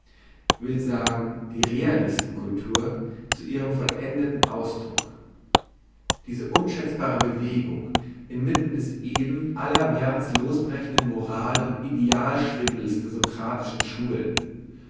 will sagen die realisten cultur zu ihrem vollendeten ausdruck diese unschätzbare bewegung inmitten des eben allerwärts losbrechenden moral und ideal schwindels der sokratischen schulen